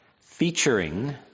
featuring